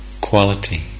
quality